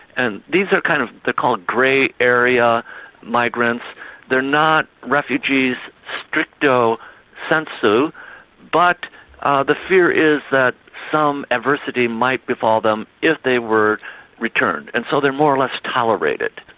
and these are kind of they call it grey area migrants they're not refugees stricto sensu but the fear is that some adversity might befall them if they were returned. and so they're more or less tolerated,